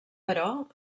però